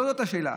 לא זאת השאלה.